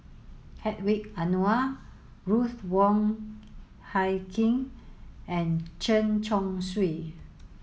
Hedwig Anuar Ruth Wong Hie King and Chen Chong Swee